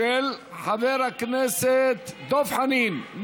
של חבר הכנסת דב חנין.